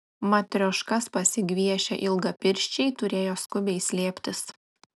matrioškas pasigviešę ilgapirščiai turėjo skubiai slėptis